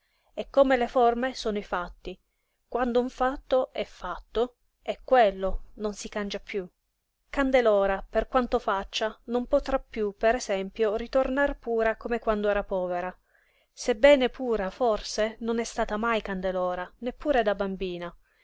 e come le forme sono i fatti quando un fatto è fatto è quello non si cangia piú candelora per quanto faccia non potrà piú per esempio ritornar pura come quando era povera sebbene pura forse non è stata mai candelora neppure da bambina